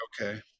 Okay